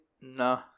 No